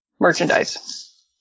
merchandise